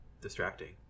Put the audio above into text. distracting